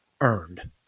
earned